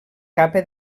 capa